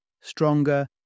stronger